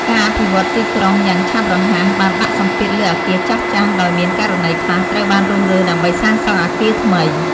ការអភិវឌ្ឍន៍ទីក្រុងយ៉ាងឆាប់រហ័សបានដាក់សម្ពាធលើអគារចាស់ៗ ដោយមានករណីខ្លះត្រូវបានរុះរើដើម្បីសាងសង់អគារថ្មី។